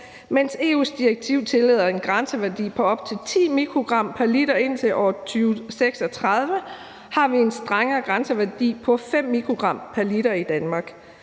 Mens EU's direktiv tillader en grænseværdi på op til 10 mikrogram pr. l indtil år 2036, har vi en strengere grænseværdi på 5 mikrogram pr. l i Danmark.